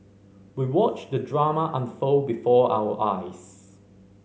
we watched the drama unfold before our eyes